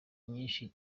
nyinshi